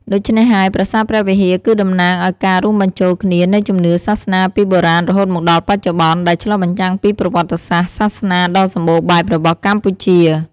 ដូច្នេះហើយ ប្រាសាទព្រះវិហារគឺតំណាងឱ្យការរួមបញ្ចូលគ្នានៃជំនឿសាសនាពីបុរាណរហូតមកដល់បច្ចុប្បន្ន ដែលឆ្លុះបញ្ចាំងពីប្រវត្តិសាស្ត្រសាសនាដ៏សម្បូរបែបរបស់កម្ពុជា។។